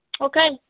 Okay